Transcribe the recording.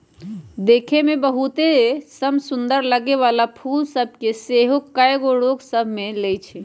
देखय में बहुते समसुन्दर लगे वला फूल सभ के सेहो कएगो रोग सभ ध लेए छइ